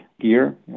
gear